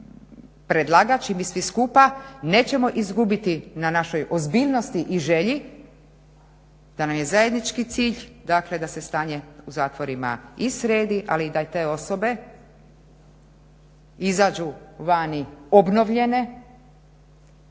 predlagač i mi svi skupa nećemo izgubiti na našoj ozbiljnosti i želji da nama je zajednički cilj da se stanje u zatvorima i sredi ali i da te osobe izađu vani obnovljene